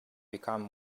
become